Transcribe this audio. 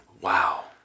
wow